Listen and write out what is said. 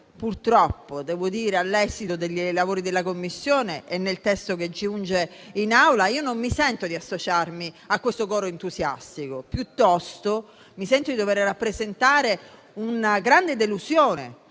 Purtroppo, all'esito dei lavori della Commissione e visto il testo giunto in Assemblea, non sento di associarmi a questo coro entusiastico, ma - piuttosto - di dover rappresentare una grande delusione